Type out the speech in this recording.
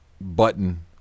button